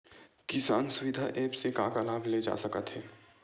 किसान सुविधा एप्प से का का लाभ ले जा सकत हे?